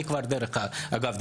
דרך אגב,